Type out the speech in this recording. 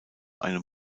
einem